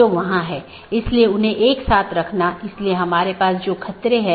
जो हम चर्चा कर रहे थे कि हमारे पास कई BGP राउटर हैं